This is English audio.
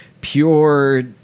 pure